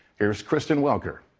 here is kristen welker.